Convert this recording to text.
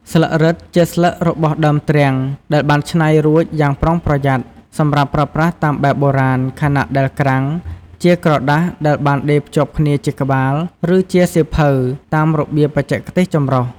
ស្លឹករឹត ជាស្លឹករបស់ដើមទ្រាំងដែលបានច្នៃរួចយ៉ាងប្រុងប្រយ័ត្ន សម្រាប់ប្រើប្រាស់តាមបែបបុរាណ ខណៈដែល "ក្រាំង" ជាក្រដាសដែលបានដេរភ្ជាប់គ្នាជាក្បាល ឬជាសៀវភៅ តាមរបៀបបច្ចេកទេសចំរុះ។